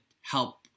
help